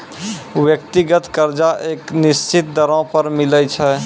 व्यक्तिगत कर्जा एक निसचीत दरों पर मिलै छै